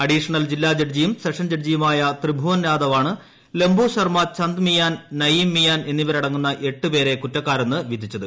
additional ജില്ലാ ജഡ്ജിയും session ജഡ്ജിയുമായ ത്രിഭുവൻ യാദവാണ് ലംഭുശർമ്മ ചന്ദ് മിയാൻ നയീം മിയാൻ എന്നിവരടങ്ങുന്ന എട്ടുപേരെ കുറ്റക്കാരെന്ന് വിധിച്ചത്